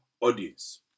audience